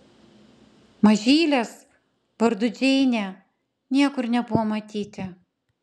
mažylės vardu džeinė niekur nebuvo matyti